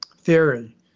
theory